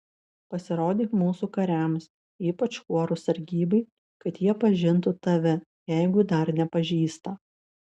pasirodyk mūsų kariams ypač kuorų sargybai kad jie pažintų tave jeigu dar nepažįsta